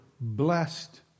blessed